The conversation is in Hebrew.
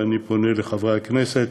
ואני מבקש מחברי הכנסת